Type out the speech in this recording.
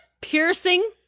piercing